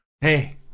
Hey